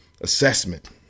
assessment